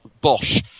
Bosch